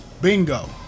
Bingo